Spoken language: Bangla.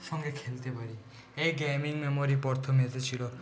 সঙ্গে খেলতে পারি এই গেমিং মেমরি প্রথম এসেছিলো